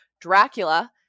Dracula